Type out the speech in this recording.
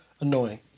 annoying